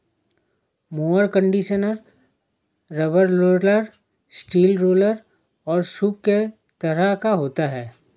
mower conditioner rubber roller, steel roller और सूप के तरह का होता है